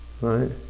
right